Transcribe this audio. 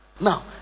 Now